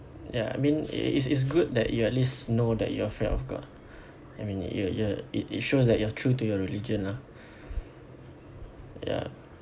ya I mean it's it's good that you at least know that you are afraid of god I mean you're you're it it shows that you are true to your religion lah ya